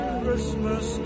Christmas